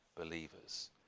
believers